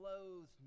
clothed